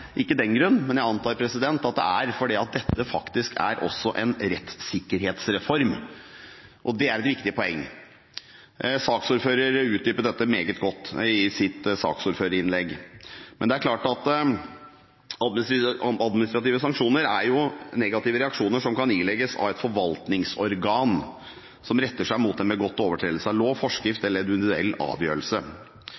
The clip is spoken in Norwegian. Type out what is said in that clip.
ikke er av den grunn, men fordi dette faktisk også er en rettssikkerhetsreform. Det er et viktig poeng. Saksordføreren utdypet dette meget godt i sitt saksordførerinnlegg. Administrative sanksjoner er negative reaksjoner som kan ilegges av et forvaltningsorgan, som retter seg mot en begått overtredelse av lov, forskrift